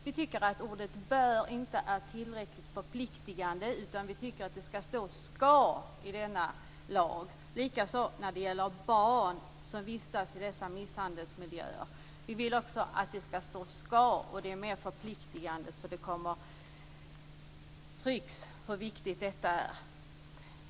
Vi tycker att ordet "bör" inte är tillräckligt förpliktande utan tycker att det skall stå "skall" i denna lag. Likaså vill vi när det gäller barn som vistas i dessa misshandelsmiljöer att det skall stå "skall". Det mer förpliktande, så att det trycks på hur viktigt detta är.